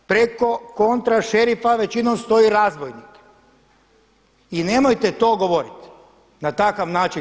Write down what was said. Preko kontra šerifa većinom stoji razbojnik i nemojte to govoriti na takav način.